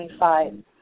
25